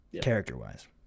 character-wise